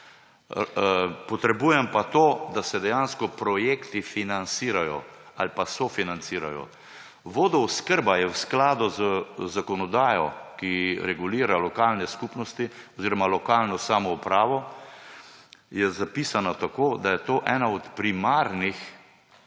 Potrebujem pa to, da se dejansko projekti financirajo ali pa sofinancirajo. Vodooskrba je v skladu z zakonodajo, ki regulira lokalne skupnosti oziroma lokalno samoupravo. Zapisana je tako, da je to ena od primarnih